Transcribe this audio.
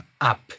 up